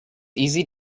easy